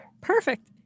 Perfect